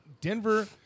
Denver